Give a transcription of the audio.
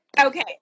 okay